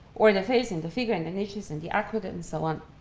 or the face in the figure and the niches and the aqueduct and so on?